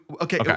okay